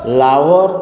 Lahore